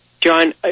John